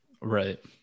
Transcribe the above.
Right